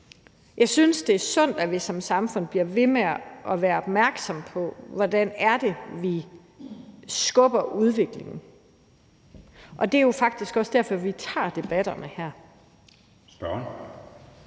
Jeg synes, det er sundt, at vi som samfund bliver ved med at være opmærksomme på, hvordan det er, vi skubber på udviklingen, og det er jo faktisk også derfor, vi tager debatterne her. Kl.